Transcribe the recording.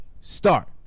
start